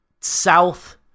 south